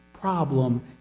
problem